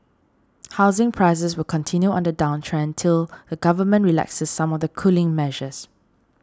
housing prices will continue on the downtrend till the government relaxes some of the cooling measures